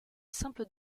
simple